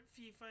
FIFA